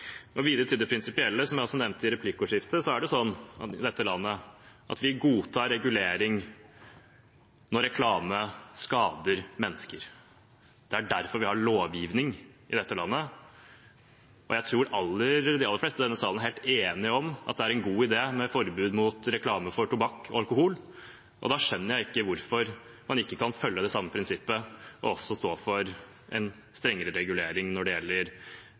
Videre til det prinsipielle: Som jeg også nevnte i replikkordskiftet, er det sånn i dette landet at vi godtar regulering når reklame skader mennesker. Det er derfor vi har lovgivning i dette landet. Jeg tror de aller fleste i denne salen er helt enige om at det er en god idé med forbud mot reklame for tobakk og alkohol. Da skjønner jeg ikke hvorfor man ikke kan følge det samme prinsippet og også stå for en strengere regulering når det gjelder